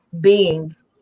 beings